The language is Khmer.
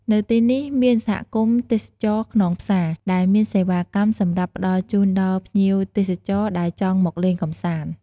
នៅទីនេះ មានសហគមន៍ទេសចរណ៍ខ្នងផ្សា ដែលមានសេវាកម្មសម្រាប់ផ្តល់ជូនដល់ភ្ញៀវទេសចរណ៍ដែលចង់មកលេងកំសាន្ត។